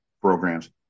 programs